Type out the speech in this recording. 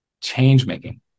change-making